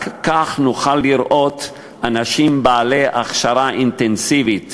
רק כך נוכל לראות אנשים בעלי הכשרה אינטנסיבית